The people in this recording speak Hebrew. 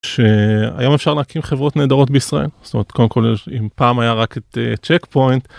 שהיום אפשר להקים חברות נהדרות בישראל, זאת אומרת, קודם כל, אם פעם היה רק את צ'ק פוינט.